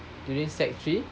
during sec three